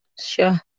Sure